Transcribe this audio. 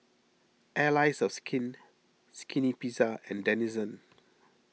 Allies of Skin Skinny Pizza and Denizen